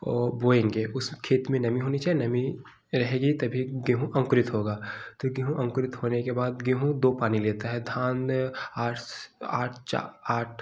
ओ बोएँगे उस खेत में नमी होनी चाहिए नमी रहेगी तभी गेहूँ अंकुरित होगा तो गेहूँ अंकुरित होने के बाद गेहूँ दो पानी लेता है धान आठ चार आठ